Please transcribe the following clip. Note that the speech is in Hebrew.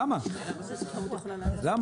הנושא של תחרות יכולה --- למה?